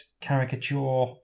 caricature